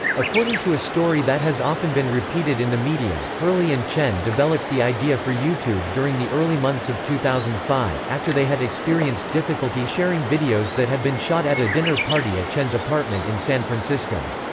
according to a story that has often been repeated in the media, hurley and chen developed the idea for youtube during the early months of two thousand and five, after they had experienced difficulty sharing videos that had been shot at a dinner party at chen's apartment in san francisco.